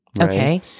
okay